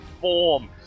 form